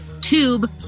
tube